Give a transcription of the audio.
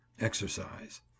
exercise